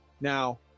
now